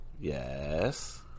Yes